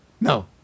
No